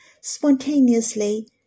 spontaneously